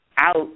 out